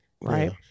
right